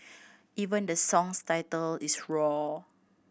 even the song's title is roar